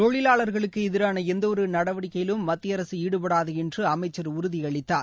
தொழிலாளர்களுக்கு எதிரான எந்தவொரு நடவடிக்கையிலும் மத்திய அரசு ஈடுபடாது என்று அமைச்சர் உறுதியளித்தார்